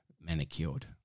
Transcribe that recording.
manicured